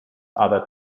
other